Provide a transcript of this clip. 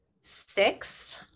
six